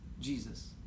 Jesus